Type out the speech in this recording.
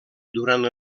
durant